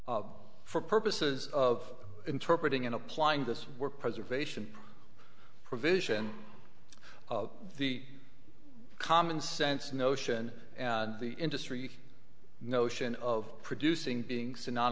for purposes of interpret ing in applying this work preservation provision of the common sense notion and the industry notion of producing being